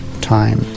time